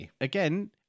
again